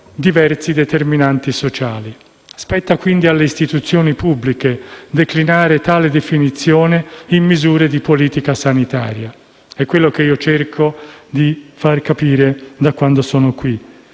diversi determinanti sociali». Spetta quindi alle istituzioni pubbliche declinare tale definizione in misure di politica sanitaria. È quello che io cerco di far capire da quando sono in